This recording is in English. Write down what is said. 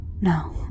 no